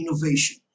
innovation